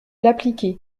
l’appliquer